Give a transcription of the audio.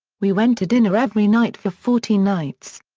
we went to dinner every night for fourteen nights.